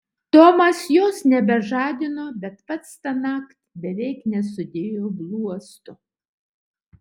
tomas jos nebežadino bet pats tąnakt beveik nesudėjo bluosto